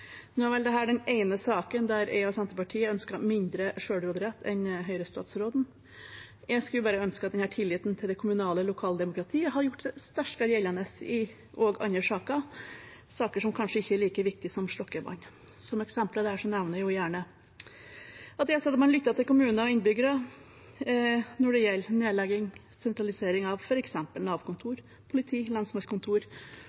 Nå er vel dette den ene saken der jeg og Senterpartiet ønsker mindre selvråderett enn Høyre-statsråden. Jeg skulle bare ønske at denne tilliten til det kommunale lokaldemokratiet hadde gjort seg sterkere gjeldende også i andre saker, saker som kanskje ikke er like viktige som slokkevann. Som eksempler nevner jeg at jeg gjerne hadde sett at man lyttet til kommuner og innbyggere når det gjelder nedlegging og sentralisering av